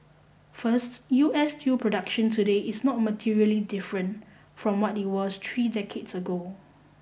first U S steel production today is not materially different from what it was three decades ago